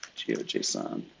geojson.